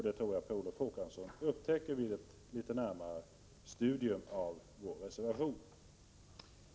Det tror jag att Per Olof Håkansson upptäcker om han studerar vår reservation litet närmare.